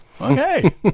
Okay